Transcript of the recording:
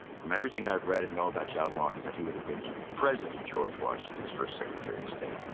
from everything i have read and know about john lawrence, that he would have been president george washington's first secretary of state.